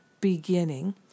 beginning